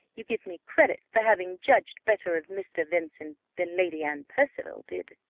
you give me credit, for having judged better of mr. vincent than lady anne percival did?